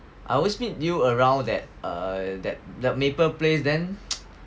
I always meet you around that err that the Maple place then